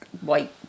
white